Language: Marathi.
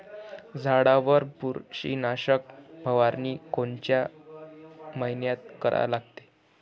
झाडावर बुरशीनाशक फवारनी कोनच्या मइन्यात करा लागते?